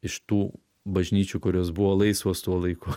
iš tų bažnyčių kurios buvo laisvos tuo laiku